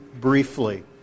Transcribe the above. briefly